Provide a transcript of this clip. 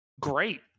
Great